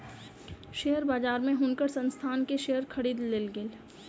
share बजार में हुनकर संस्थान के शेयर खरीद लेल गेल